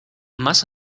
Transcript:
más